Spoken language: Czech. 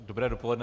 Dobré dopoledne.